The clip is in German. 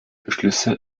beschlüsse